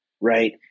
Right